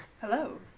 Hello